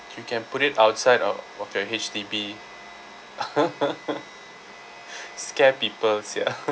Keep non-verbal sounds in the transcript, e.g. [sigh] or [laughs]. you can put it outside of of your H_D_B [laughs] scare people sia